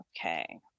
okay